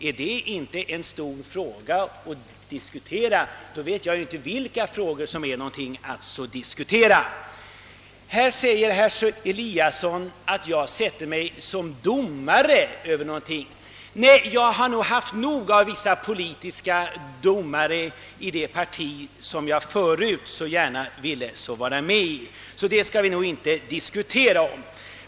Är det inte en stor fråga, vet jag inte vilka som är någonting att diskutera. Herr Eliasson påstår att jag sätter mig som domare över andra. Nej, jag har haft nog av vissa politiska domare i det parti som jag så gärna ville vara med i, så detta skall vi kanske inte diskutera.